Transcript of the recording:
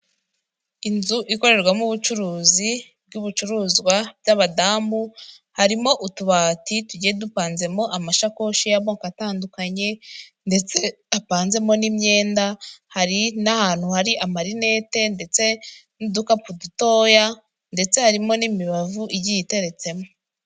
Inzu ikorerwamo ubucuruzi bw'ibicuruzwa by'abadamu harimo utubati tugiye dupanzemo amashakoshi y'amoko atandukanye ndetse hapanzemo n'imimyenda hari n'ahantu hari amarinete ndetse n'udukapu dutoya ndetse harimo n'imibavu igiye iteretsemo.